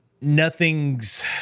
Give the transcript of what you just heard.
nothing's